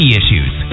issues